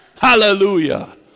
Hallelujah